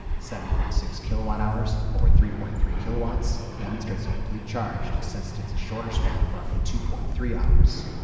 seven point six kilowatt hours over three point three kilowatts demonstrates a complete charge necessitates a shorter span of roughly two point three hours.